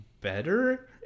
better